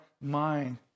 mind